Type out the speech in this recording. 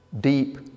deep